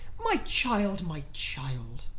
my child! my child!